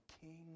King